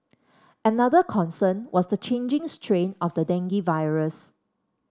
another concern was the changing strain of the dengue virus